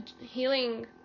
healing